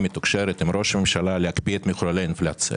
מתוקשרת עם ראש הממשלה להקפיא את מחוללי האינפלציה